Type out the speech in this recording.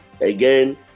Again